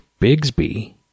Bigsby